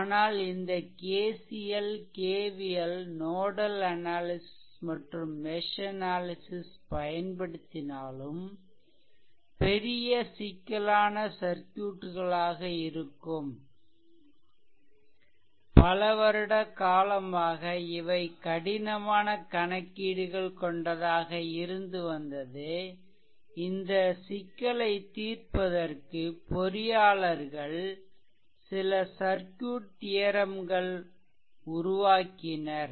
ஆனால் இந்த KCL KVL nodal analysis மற்றும் மெஷ் அனாலிசிஷ் பயன்படுத்தினாலும் பெரிய சிக்கலான சர்க்யூட்களாக இருக்கும் பல வருட காலமாக இவை கடினமான கணக்கீடுகள் கொண்டதாக இருந்து வந்தது இந்த சிக்கலைத் தீர்ப்பதற்கு பொறியாளர்கள் சில சர்க்யூட் தியெரெம்கள் உருவாக்கியுள்ளனர்